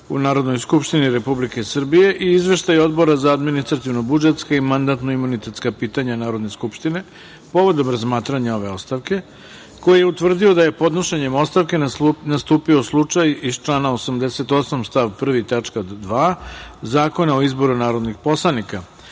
u Narodnoj skupštini Republike Srbije i Izveštaj Odbora za adminstrativno-budžetska i mandatno-imunitetska pitanja Narodne skupštine povodom razmatranja ove ostavke, koji je utvrdio da je podnošenjem ostavke nastupio slučaj iz člana 88. stav 1. tačka 2. Zakona o izboru narodnih poslanika